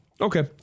Okay